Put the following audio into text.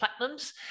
platinums